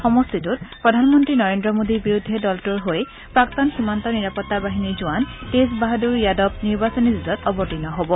সমষ্টিটোত প্ৰধানমন্ত্ৰী নৰেন্দ্ৰ মোদীৰ বিৰুদ্ধে দলটোৰ হৈ প্ৰাক্তন সীমান্ত নিৰাপত্তা বাহিনীৰ জোঁৱান তেজ বাহাদুৰ যাদৱ নিৰ্বাচনী যুঁজত অৱৰ্তীণ হব